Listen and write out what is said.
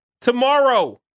Tomorrow